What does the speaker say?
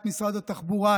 את משרד התחבורה,